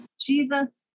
Jesus